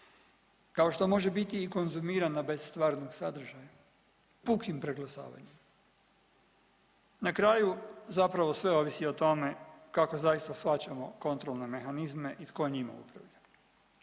kao što može biti i konzumirana bez stvarnog sadržaja pukim preglasavanjem. Na kraju zapravo sve ovisi o tome kako zaista shvaćamo kontrolne mehanizme i tko njim upravlja.